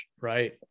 Right